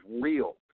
real